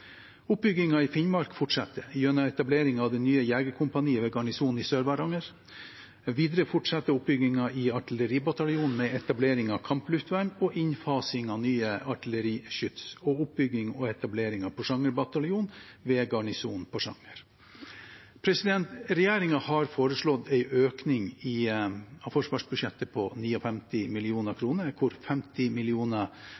i Finnmark fortsetter gjennom etablering av det nye jegerkompaniet ved Garnisonen i Sør-Varanger. Videre fortsetter oppbyggingen i artilleribataljonen med etablering av kampluftvern og innfasing av nye artilleriskyts og oppbygging og etablering av Porsanger bataljon ved Garnisonen i Porsanger. Regjeringen har foreslått en økning av forsvarsbudsjettet på